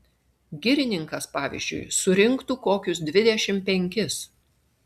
girininkas pavyzdžiui surinktų kokius dvidešimt penkis